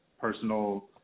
personal